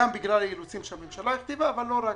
גם בגלל האילוצים שהממשלה הכתיבה אבל לא רק,